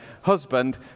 husband